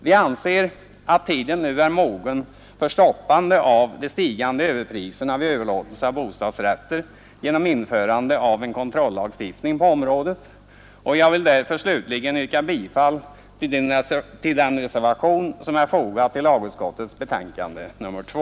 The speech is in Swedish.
Vi anser att tiden nu är mogen för stoppande av de stigande överpriserna vid överlåtelse av bostadsrätter genom införande av en kontrollagstiftning på området, och jag vill därför slutligen yrka bifall till den reservation som är fogad till lagutskottets betänkande nr 2.